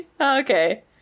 Okay